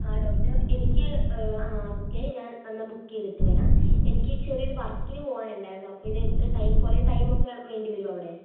ആ ഡോക്ടർ എനിക്ക് ആ ഓക്കെ ഞാൻ എന്നാൽ ബുക്ക് ചെയ്തിട്ട് വരാം എനിക്ക് ചെറിയൊരു വർക്കിന് പോകാനുണ്ടായിരുന്നു അപ്പോൾ ഇതെത്ര ടൈം കുറേ ടൈമൊക്കെ വേണ്ടിവരുവോ അവിടെ